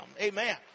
amen